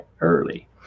early